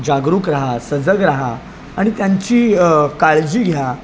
जागरूक राहा सजग रहा आणि त्यांची काळजी घ्या